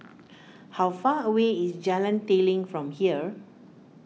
how far away is Jalan Telang from here